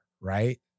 right